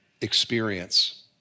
experience